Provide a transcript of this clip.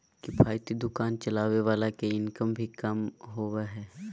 किफायती दुकान चलावे वाला के इनकम भी कम होबा हइ